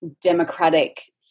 democratic